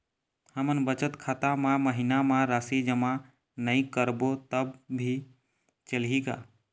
हमन बचत खाता मा महीना मा राशि जमा नई करबो तब भी चलही का?